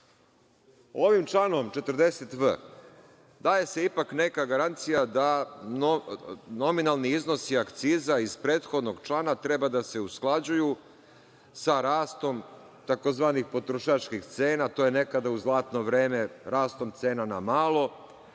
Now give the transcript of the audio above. ovim članom 40v daje se ipak neka garancija da nominalni iznosi akciza iz prethodnog člana treba da se usklađuju sa rastom tzv. potrošačkih cena, to je nekada u zlatno vreme rastom cena na malo,